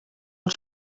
els